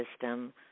system